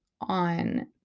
on